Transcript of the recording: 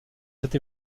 cette